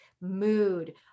mood